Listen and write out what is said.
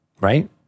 Right